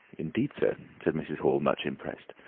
indeed, sir, said mrs. hall, much impressed.